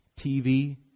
TV